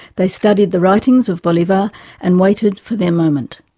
they studied the writings of bolivar and waited for their moment.